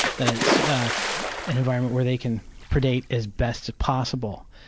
that it's an environment where they can predate as best as possible.